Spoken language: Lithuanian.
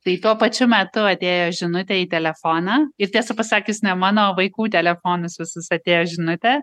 tai tuo pačiu metu atėjo žinutė į telefoną ir tiesą pasakius ne mano o vaikų telefonus visus atėjo žinutė